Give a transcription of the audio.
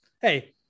hey